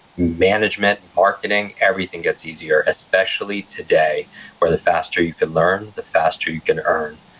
management, marketing, everything gets easier, especially today where the faster you could learn, the faster you can earn.